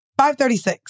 536